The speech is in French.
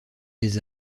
des